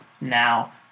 now